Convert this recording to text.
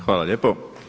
Hvala lijepo.